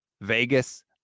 Vegas